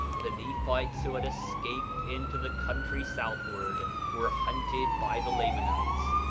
the nephites who had escaped into the country southward were hunted by the lamanites,